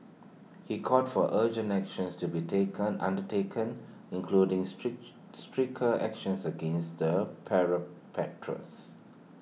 he called for urgent actions to be taken undertaken including stretch stricter actions against the